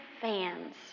fans